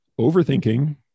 overthinking